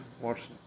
watch